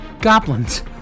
Goblins